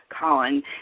Colin